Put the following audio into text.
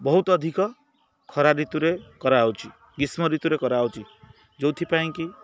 ବହୁତ ଅଧିକ ଖରା ଋତୁରେ କରାହେଉଛି ଗ୍ରୀଷ୍ମ ଋତୁରେ କରାହେଉଛି ଯେଉଁଥିପାଇଁ କି